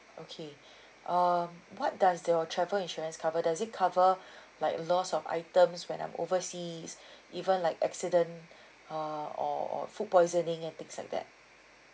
okay um what does your travel insurance cover does it cover like loss of items when I'm overseas even like accident uh or or food poisoning and things like that